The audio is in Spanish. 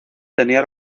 tenía